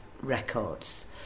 records